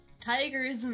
tigers